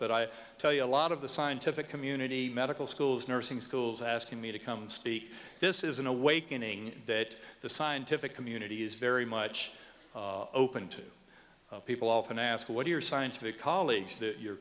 but i tell you a lot of the scientific community medical schools nursing schools asking me to come speak this is an awakening that the scientific community is very much open to people often ask what are your scientific colleagues that you